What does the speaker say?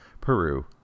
peru